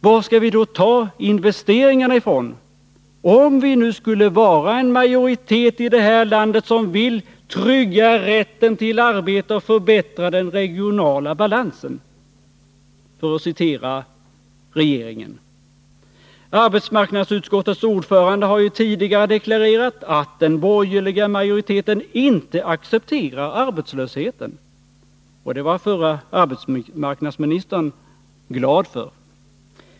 Varifrån skall vi då ta investeringarna om en majoritet i det här landet vill, för att citera regeringen, ”trygga rätten till arbete och förbättra den regionala balansen”? Arbetsmarknadsutskottets ordförande har ju tidigare deklarerat att den borgerliga majoriteten inte accepterar arbetslösheten, och det var förre arbetsmarknadsministern glad för.